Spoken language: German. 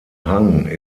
hang